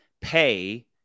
pay